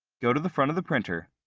go to the front of the printer,